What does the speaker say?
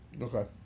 Okay